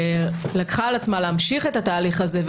שלקחה על עצמה להמשיך את התהליך הזה,